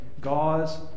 gauze